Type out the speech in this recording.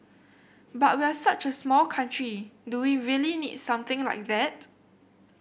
but we're such a small country do we really need something like that